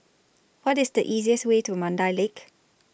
What IS The easiest Way to Mandai Lake